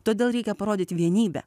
todėl reikia parodyti vienybę